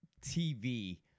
tv